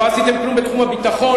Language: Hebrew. לא עשיתם כלום בתחום הביטחון,